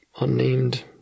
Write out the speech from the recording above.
unnamed